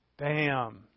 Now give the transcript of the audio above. Bam